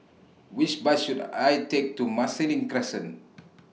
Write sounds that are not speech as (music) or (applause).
Which Bus should I Take to Marsiling Crescent (noise)